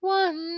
one